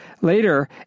Later